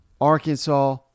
Arkansas